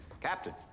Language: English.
Captain